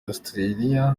austria